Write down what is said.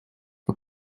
for